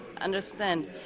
understand